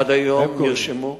הם קוראים לזה